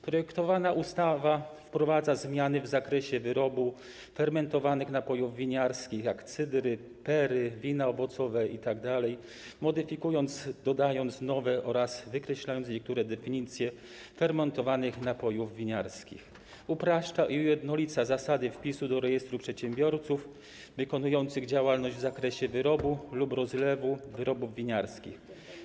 Projektowana ustawa wprowadza zmiany w zakresie wyrobów fermentowanych napojów winiarskich jak cydry, perry, wina owocowe itd., modyfikując, dodając nowe oraz wykreślając niektóre definicje fermentowanych napojów winiarskich, upraszcza i ujednolica zasady wpisu do rejestru przedsiębiorców wykonujących działalność w zakresie wyrobu lub rozlewu wyrobów winiarskich.